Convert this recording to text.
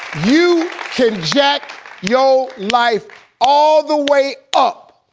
you can jack your life all the way up,